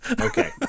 Okay